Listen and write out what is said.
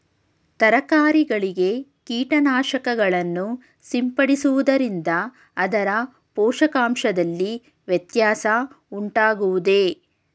ತರಕಾರಿಗಳಿಗೆ ಕೀಟನಾಶಕಗಳನ್ನು ಸಿಂಪಡಿಸುವುದರಿಂದ ಅದರ ಪೋಷಕಾಂಶದಲ್ಲಿ ವ್ಯತ್ಯಾಸ ಉಂಟಾಗುವುದೇ?